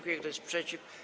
Kto jest przeciw?